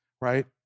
right